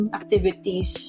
activities